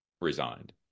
Resigned